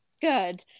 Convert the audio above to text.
Good